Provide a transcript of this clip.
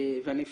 ואני פמיניסטית,